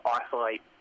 isolate